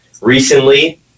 recently